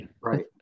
Right